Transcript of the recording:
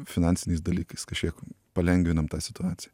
finansiniais dalykais kažkiek palengvinam tą situaciją